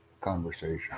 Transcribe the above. conversation